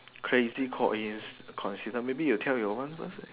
crazy coinci~ coincident maybe you tell your one what's it